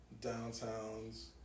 Downtown's